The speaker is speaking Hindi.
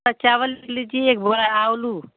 और चावल लीजिए एक वडा आवलू